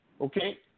Okay